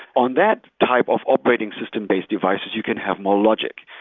on that type of operating system based devices, you can have more logic.